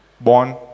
born